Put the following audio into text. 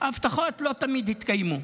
וההבטחות לא תמיד התקיימו.